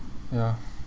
ya